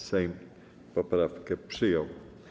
Sejm poprawkę przyjął.